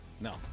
No